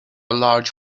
large